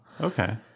Okay